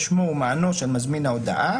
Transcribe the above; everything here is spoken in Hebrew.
שמו ומענו של מזמין ההודעה."